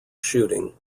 shooting